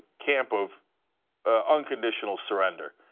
camp of unconditional surrender.